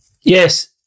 Yes